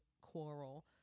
quarrel